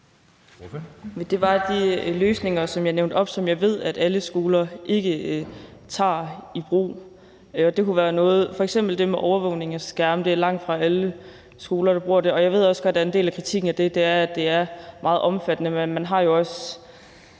Det var de løsninger, som jeg nævnte, og som jeg ved, at alle skoler ikke tager i brug. Det kunne f.eks. være det med overvågning af skærme. Det er langtfra alle skoler, der bruger det. Jeg ved også godt, at en del af kritikken af det er, at det er meget omfattende. Men man har jo også